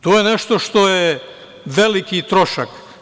To je nešto što je veliki trošak.